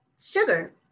Sugar